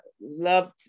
loved